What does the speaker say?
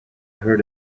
heard